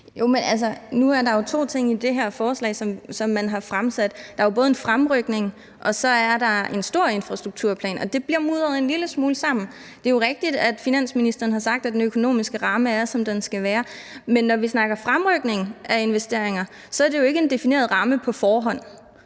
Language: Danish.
Nu er der jo to ting i det her forslag, som man har fremsat. Der er både en fremrykning, og så er der en stor infrastrukturplan, og det bliver mudret en lille smule sammen. Det er jo rigtigt, at finansministeren har sagt, at den økonomiske ramme er, som den skal være, men når vi snakker fremrykning af investeringer, er det jo ikke en på forhånd